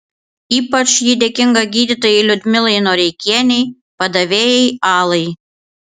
ypač ji dėkinga gydytojai liudmilai noreikienei padavėjai alai